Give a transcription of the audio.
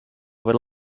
would